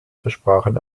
versprachen